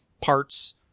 parts